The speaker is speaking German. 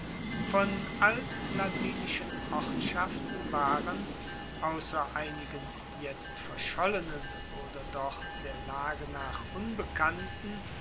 von altlatinischen ortschaften waren ausser einigen jetzt verschollenen oder doch der lage nach unbekannten